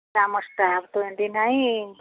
ଆମ ଷ୍ଟାଫ୍ ତ ଏମିତି ନାହିଁ